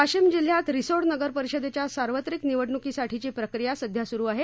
वाशिम जिल्ह्यातील रिसोड नगर परिषदेच्या सार्वत्रिक निवडणूकी साठीची प्रक्रिया सध्या सुरु आहे